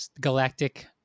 galactic